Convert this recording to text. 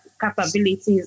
capabilities